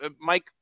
Mike